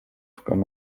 programm